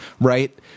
Right